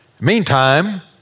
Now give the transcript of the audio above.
Meantime